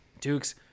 Dukes